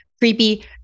creepy